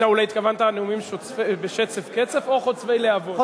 התכוונת נאומים בשצף קצף או חוצבי להבות?